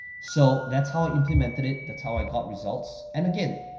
so that's how i implemented it, that's how i got results. and again,